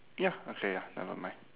ya okay ya never mind